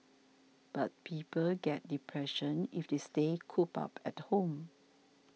but people get depression if they stay cooped up at home